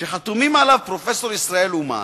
שחתומים עליו פרופסור ישראל אומן,